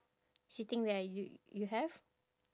sitting there you you have